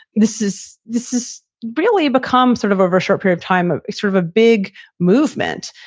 this is this is really become sort of over a short period of time ah sort of a big movement.